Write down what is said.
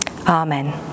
Amen